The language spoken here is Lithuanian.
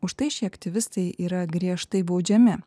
už tai šie aktyvistai yra griežtai baudžiami